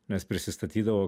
nes prisistatydavau